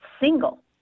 Single